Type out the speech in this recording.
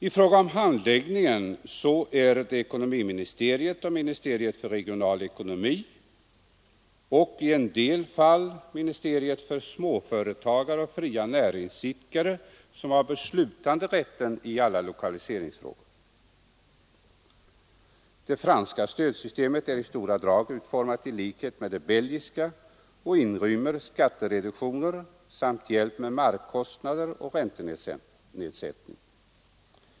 I fråga om handläggningen är det ekonomiministeriet och ministeriet för regional ekonomi eller i en del fall ministeriet för småföretagare och fria näringsidkare som har beslutanderätten i alla lokaliseringsfrågor. Det franska stödsystemet är i stora drag utformat i likhet med det belgiska och inrymmer skattereduktioner samt hjälp med markkostnader, räntenedsättning m.m.